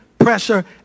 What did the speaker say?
pressure